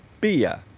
be a